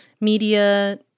Media